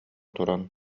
туран